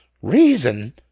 Reason